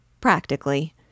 Practically